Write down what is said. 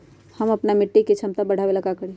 हम अपना मिट्टी के झमता बढ़ाबे ला का करी?